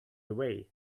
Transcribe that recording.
away